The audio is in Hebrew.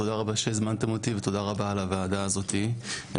תודה רבה שהזמנתם ותודה רבה על הוועדה הזאתי.